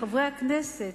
חברי הכנסת,